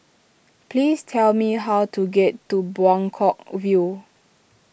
please tell me how to get to Buangkok View